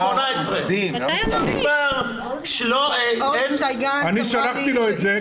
18. אני שלחתי לו את זה,